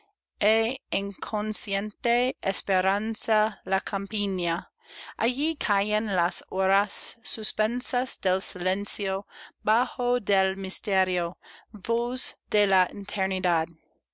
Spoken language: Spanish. é inconciente esperanza la campiña allí callan las horas suspensas del silencio bajo el misterio voz de la